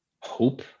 hope